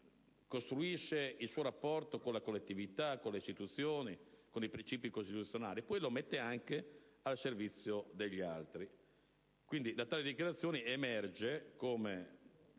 costruisce il suo rapporto con la collettività, con le istituzioni e i principi costituzionali e poi lo mette al servizio degli altri. Quindi, da tali dichiarazioni, emerge come